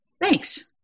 Thanks